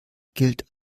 gilt